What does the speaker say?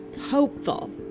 hopeful